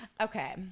Okay